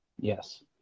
Yes